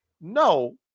No